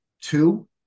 two